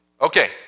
Okay